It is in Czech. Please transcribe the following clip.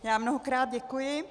Já mnohokrát děkuji.